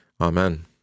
Amen